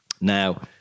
Now